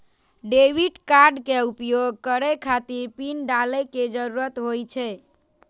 debit कार्डक उपयोग करै खातिर पिन डालै के जरूरत होइ छै